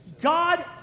God